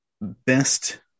best